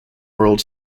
world